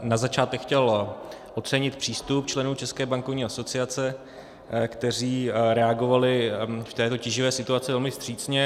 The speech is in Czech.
Na začátek bych chtěl ocenit přístup členů České bankovní asociace, kteří reagovali v této tíživé situaci velmi vstřícně.